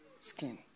skin